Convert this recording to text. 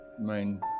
main